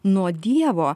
nuo dievo